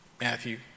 Matthew